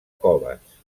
coves